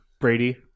Brady